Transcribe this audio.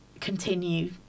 continue